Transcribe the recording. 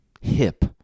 hip